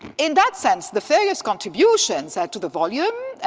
in that sense, the various contributions add to the volume,